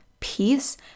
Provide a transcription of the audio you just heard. peace